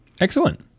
Excellent